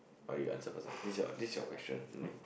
oh you answer first ah this is your this is your question there